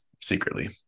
secretly